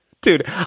Dude